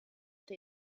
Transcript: der